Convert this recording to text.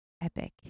epic